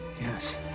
yes